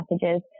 messages